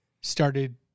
started